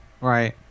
right